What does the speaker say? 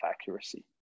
accuracy